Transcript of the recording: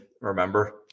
Remember